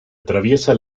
atraviesa